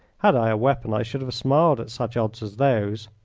had i a weapon i should have smiled at such odds as those.